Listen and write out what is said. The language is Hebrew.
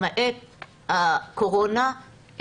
למעט הקורונה,